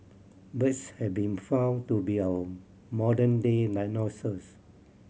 birds have been found to be our modern day dinosaurs